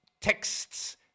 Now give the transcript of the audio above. texts